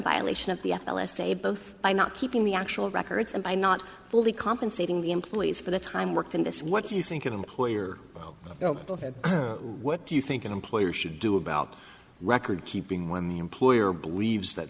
violation of the l s a both by not keeping the actual records and by not fully compensating the employees for the time worked in this what do you think an employer you know what do you think an employer should do about record keeping when the employer believes that